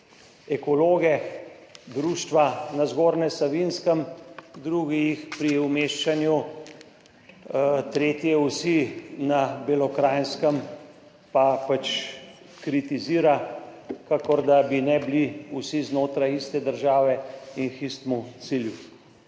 ekologe društva na Zgornjesavinjskem, drugi jih pri umeščanju 3. osi na Belokranjskem pa pač kritizira, kakor da bi ne bili vsi znotraj iste države in z istim ciljem.